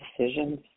decisions